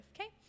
Okay